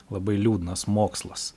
labai liūdnas mokslas